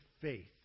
faith